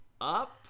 up